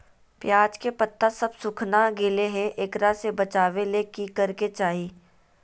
प्याज के पत्ता सब सुखना गेलै हैं, एकरा से बचाबे ले की करेके चाही?